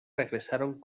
regresaron